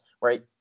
right